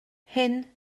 hyn